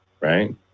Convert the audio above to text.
right